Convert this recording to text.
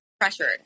pressured